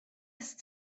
est